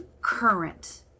current